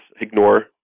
ignore